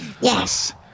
Yes